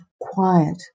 quiet